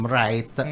right